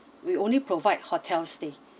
we only provide hotel stay